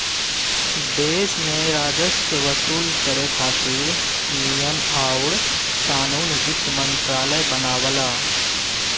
देश में राजस्व वसूल करे खातिर नियम आउर कानून वित्त मंत्रालय बनावला